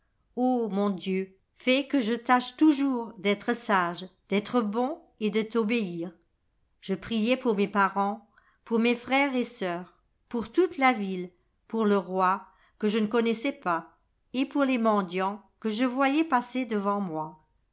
mon dieu fais que je tâche toujours d'être sage d'être bon et de t'obéir je priais pour mes parents pour mes frères et sœurs pour toute la ville pour le roî que je ne connaissais pas et pour les mendiants que je voyais passer devant moi